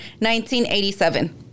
1987